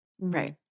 Right